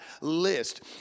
list